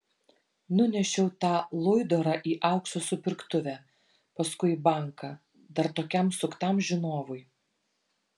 nunešiau tą luidorą į aukso supirktuvę paskui į banką dar tokiam suktam žinovui